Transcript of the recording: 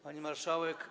Pani Marszałek!